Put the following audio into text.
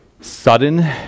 sudden